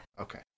Okay